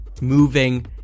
moving